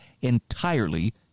entirely